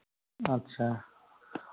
अच्छा